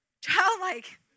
Childlike